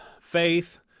faith